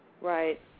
Right